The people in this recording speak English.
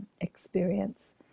experience